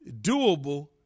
doable